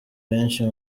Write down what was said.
benshi